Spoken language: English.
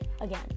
Again